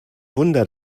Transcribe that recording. wunder